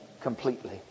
completely